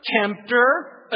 tempter